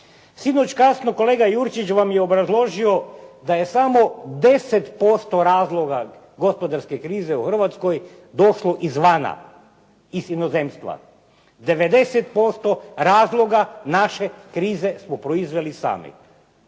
Sinoć kasno kolega Jurčić vam je obrazložio da je samo 10% razloga gospodarske krize u Hrvatskoj došlo izvana iz inozemstva. 90% razloga naše krize smo proizveli sami.